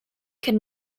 could